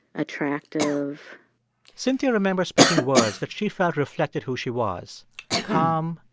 attractive cynthia remembers picking words that she felt reflected who she was calm,